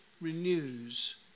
renews